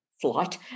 Flight